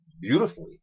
beautifully